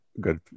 good